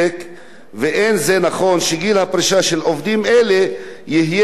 עובדים אלה יהיה זהה לגיל הפרישה של שאר העובדים.